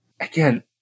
again